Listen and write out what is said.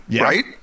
right